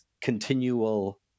continual